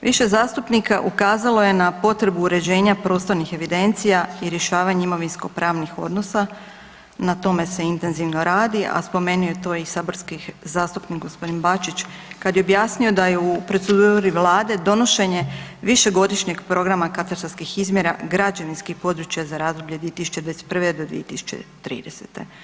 Više zastupnika ukazalo je na potrebu uređenja prostornih evidencija i rješavanje imovinsko-pravnih odnosa, na tome se intenzivno radi, a spomenuo je to i saborski zastupnik g. Bačić kad je objasnio da je u proceduri Vlade donošenje Višegodišnjeg programa katastarskih izmjera građevinskih područja za razdoblje 2021.-2030.